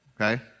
Okay